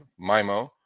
MIMO